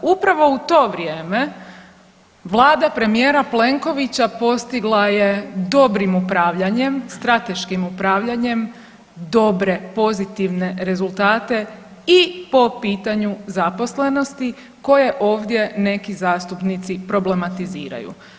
Upravo u to vrijeme vlada premijera Plenkovića postigla je dobrim upravljanjem, strateškim upravljanjem dobre, pozitivne rezultate i po pitanju zaposlenosti koje ovdje neki zastupnici problematiziraju.